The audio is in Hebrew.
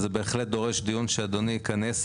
וזה בהחלט דורש דיון שאדוני יכנס.